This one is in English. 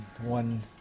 one